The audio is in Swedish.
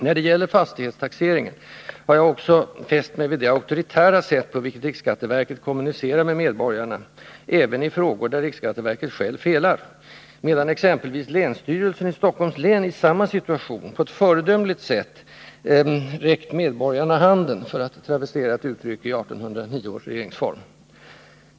När det gäller fastighetstaxeringen har jag också fäst mig vid det auktoritära sätt på vilket riksskatteverket kommunicerar med medborgarna även i frågor där riksskatteverket självt felat, medan exempelvis länsstyrelsen i Stockholms län i samma situation på ett föredömligt sätt räckt medborgarna handen, för att travestera ett uttryck i 1809 års regeringsform.